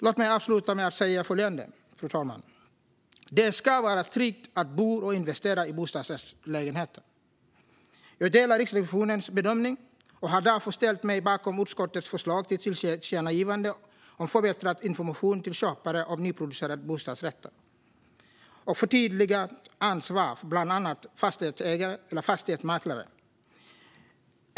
Låt mig, fru talman, avsluta med att säga följande: Det ska vara tryggt att bo och investera i bostadsrättslägenheter. Jag delar Riksrevisionens bedömning och har därför ställt mig bakom utskottets förslag till tillkännagivanden om förbättrad information till köpare av nyproducerade bostadsrätter och förtydligat ansvar för bland andra fastighetsägare och fastighetsmäklare.